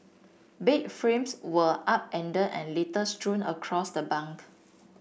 bed frames were upend and litter strewn across the bunk